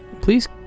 Please